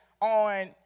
on